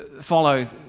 follow